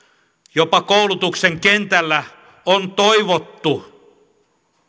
jopa koulutuksen kentällä on toivottu